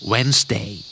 Wednesday